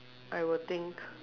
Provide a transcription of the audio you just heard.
I will think